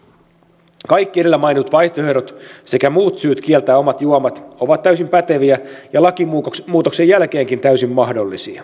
kaikki edellä mainitut vaihtoehdot sekä muut syyt kieltää omat juomat ovat täysin päteviä ja lakimuutoksen jälkeenkin täysin mahdollisia